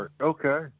Okay